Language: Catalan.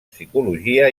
psicologia